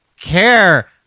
care